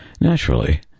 Naturally